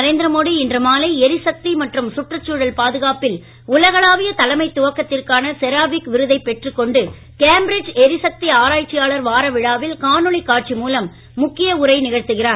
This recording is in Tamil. நரேந்திர மோடி இன்று மாலை எரிசக்தி மற்றும் சுற்றுச்சூழல் பாதுகாப்பில் உலகளாவிய தலைமைத் துவத்திற்கான செராவீக் விருதைப் பெற்றுக் கொண்டு கேம்பிரிட்ஜ் எரிசக்தி ஆராய்ச்சியாளர் வார விழாவில் காணொளி காட்சி மூலம் முக்கிய உரை நிகழ்த்துகிறார்